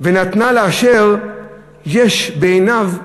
ונתנה לאשר ישר בעיניו.